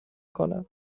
کنم